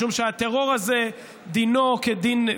משום שהטרור הזה דינו כדין,